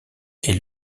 est